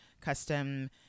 custom